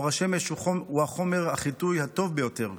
אור השמש הוא חומר החיטוי הטוב ביותר.